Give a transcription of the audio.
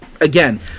Again